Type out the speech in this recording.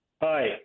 Hi